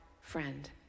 friend